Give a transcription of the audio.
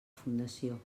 fundació